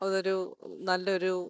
അതൊരു നല്ലൊരു